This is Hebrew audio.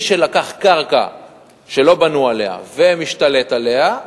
מי שלקח קרקע שלא בנו עליה ומשתלט עליה,